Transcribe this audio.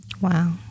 Wow